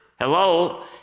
hello